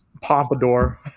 pompadour